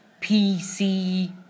PC